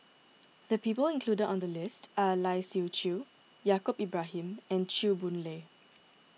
the people included in the list are Lai Siu Chiu Yaacob Ibrahim and Chew Boon Lay